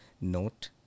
note